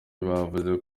bavuze